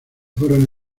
fueron